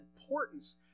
importance